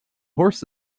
horse